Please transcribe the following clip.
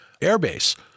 airbase